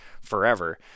forever